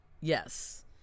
yes